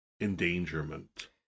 endangerment